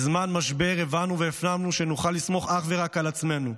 בזמן משבר הבנו והפנמנו שנוכל לסמוך אך ורק על עצמנו,